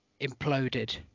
imploded